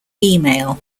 email